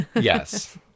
Yes